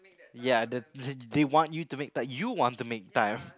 ya the you can they want you to make time you want to make time